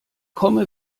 komme